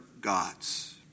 gods